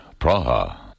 Praha